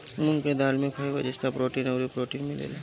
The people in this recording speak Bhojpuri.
मूंग के दाल में फाइबर, जस्ता, प्रोटीन अउरी प्रोटीन मिलेला